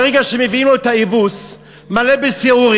ברגע שמביאים לו את האבוס מלא בשעורים,